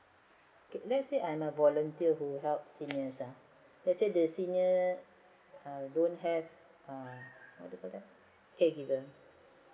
let's say I'm a volunteer who help seniors uh let's say the seniors err don't have what do you call that caregivers